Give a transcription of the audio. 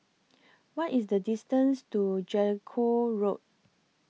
What IS The distances to Jellicoe Road